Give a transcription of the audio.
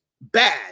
bad